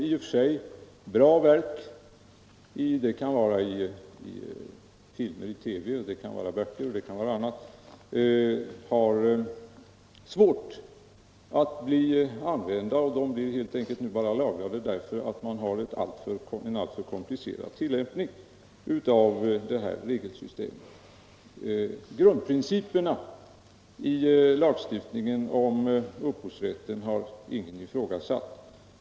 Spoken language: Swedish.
I och för sig bra verk — det kan vara TV-filmer, böcker och annat — har svårt att bli använda och blir nu helt enkelt bara lagrade därför att man har en alltför komplicerad tillämpning av regelsystemet. Grundprinciperna i lagstiftningen om upphovsrätten har ingen ifrågasatt.